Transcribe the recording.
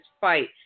fight